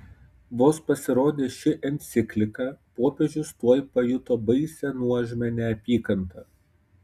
vos pasirodė ši enciklika popiežius tuoj pajuto baisią nuožmią neapykantą